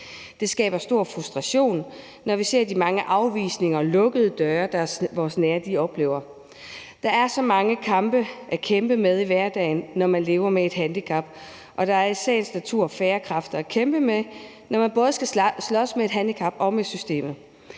Det skaber stor frustration, når vi ser, at vores nære oplever mange afvisninger og lukkede døre. Der er så mange kampe at kæmpe i hverdagen, når man lever med et handicap, og der er i sagens natur færre kræfter at kæmpe med, når man både skal slås med et handicap og med systemet.